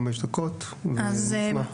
חמש דקות אז אנחנו נשמח.